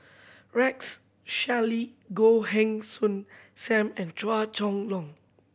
Rex Shelley Goh Heng Soon Sam and Chua Chong Long